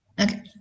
okay